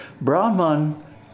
Brahman